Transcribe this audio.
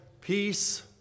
peace